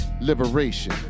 Liberation